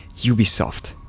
Ubisoft